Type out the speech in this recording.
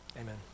amen